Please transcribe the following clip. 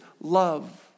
love